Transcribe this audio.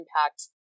impact